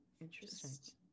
Interesting